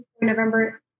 November